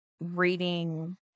reading